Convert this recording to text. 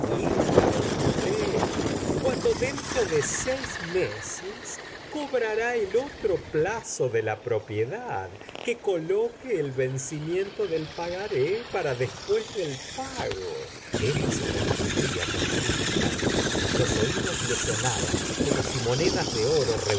usted cuando dentro de seis meses cobrará el otro plazo de la propiedad que coloque el vencimiento del pagaré para después del pago emma se confundía con aquellos cálculos los oídos le sonaban como si monedas de oro